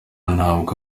ntabwo